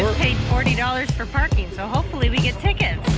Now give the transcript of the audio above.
paid forty dollars for parking. so hopefully we get tickets